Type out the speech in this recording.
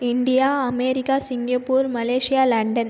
India America Singapore Malaysia London